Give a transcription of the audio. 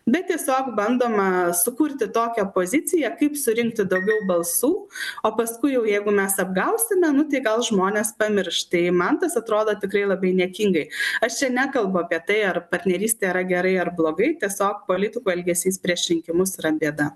bet tiesiog bandoma sukurti tokią poziciją kaip surinkti daugiau balsų o paskui jau jeigu mes apgausime nu tai gal žmonės pamirš tai man tas atrodo tikrai labai niekingai aš čia nekalbu apie tai ar partnerystė yra gerai ar blogai tiesiog politikų elgesys prieš rinkimus yra bėda